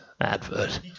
advert